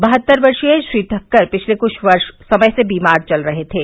बहत्तर वर्षीय श्री ठक्कर पिछले कुछ समय से बीमार चल रहे थे